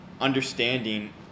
understanding